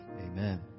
Amen